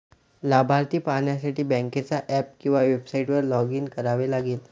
लाभार्थी पाहण्यासाठी बँकेच्या ऍप किंवा वेबसाइटवर लॉग इन करावे लागेल